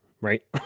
right